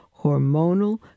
hormonal